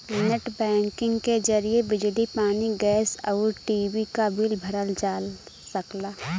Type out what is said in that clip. net banking के जरिए बिजली पानी गैस आउर टी.वी क बिल भरल जा सकला